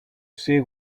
see